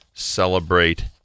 celebrate